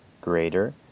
greater